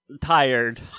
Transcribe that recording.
tired